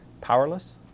powerless